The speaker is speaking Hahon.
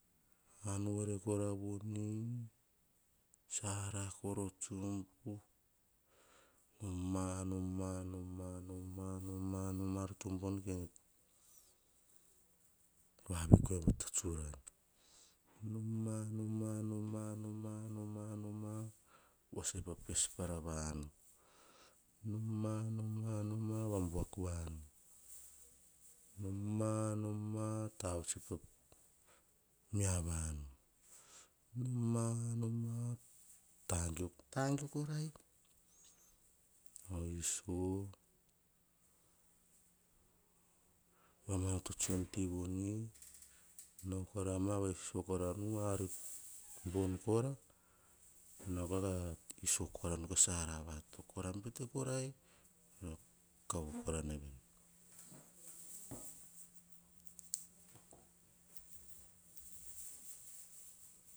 An voere kora vone. Sarako ra otsubu, noma, noma, noma, noma, noma, noma, ar to bvon kene vaviko roma pa ta tsura. Noma, noma noma, noma, noma, noma. Voa saima pa pespara vanu. Noma, noma tagio korai vasusavu. Vamanoto tsion ti voni. Nao korama va isiso nu ari bon kora. Nao kora sara vatok kora betei kay kora vene.